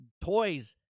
toys